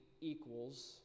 equals